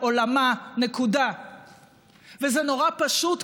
בושה וחרפה.